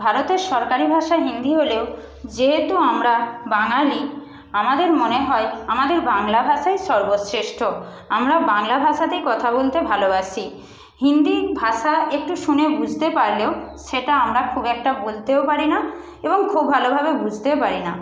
ভারতের সরকারি ভাষা হিন্দি হলেও যেহেতু আমরা বাঙালি আমাদের মনে হয় আমাদের বাংলা ভাষাই সর্বশ্রেষ্ঠ আমরা বাংলা ভাষাতেই কথা বলতে ভালোবাসি হিন্দি ভাষা একটু শুনে বুঝতে পারলেও সেটা আমরা খুব একটা বলতেও পারি না এবং খুব ভালোভাবে বুঝতেও পারি না